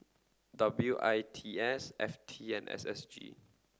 W I T S F T and S S G